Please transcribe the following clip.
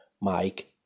Mike